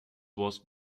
was